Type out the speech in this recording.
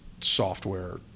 software